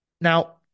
Now